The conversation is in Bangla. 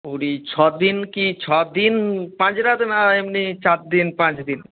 পুরী ছদিন কি ছদিন পাঁচ রাত না এমনি চার দিন পাঁচ দিন